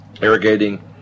irrigating